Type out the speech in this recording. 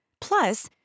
Plus